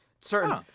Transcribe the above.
certain